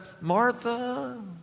Martha